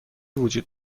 وجود